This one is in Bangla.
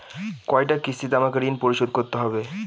কয়টা কিস্তিতে আমাকে ঋণ পরিশোধ করতে হবে?